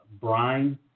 brine